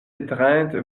étreinte